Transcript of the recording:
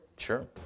Sure